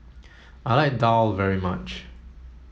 I like Daal very much